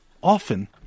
often